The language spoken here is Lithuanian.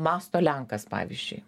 mąsto lenkas pavyzdžiui